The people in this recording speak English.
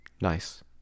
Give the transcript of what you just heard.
nice